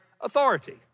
authority